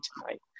tonight